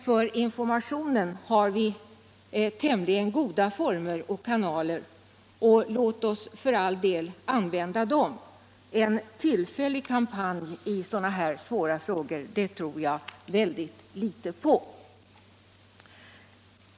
För informationen har vi dock tämligen goda former och kanaler, och låt oss för all del använda dem. En tillfällig kampanj i så här svåra frågor tror jag mycket litet på.